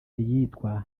iyitwa